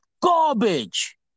garbage